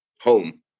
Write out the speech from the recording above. home